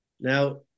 Now